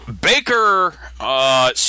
Baker